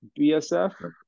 BSF